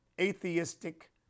atheistic